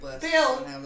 Phil